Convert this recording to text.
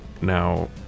now